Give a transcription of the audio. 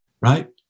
right